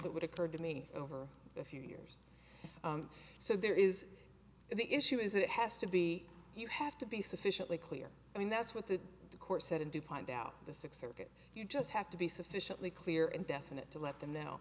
that would occur to me over a few years so there is the issue is it has to be you have to be sufficiently clear i mean that's what the court said and to find out the six circuit you just have to be sufficiently clear and definite to let them know